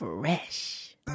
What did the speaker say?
Fresh